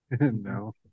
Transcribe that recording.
No